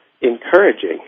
encouraging